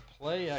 play